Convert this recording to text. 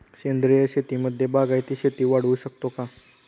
सेंद्रिय शेतीमध्ये बागायती शेती वाढवू शकतो का?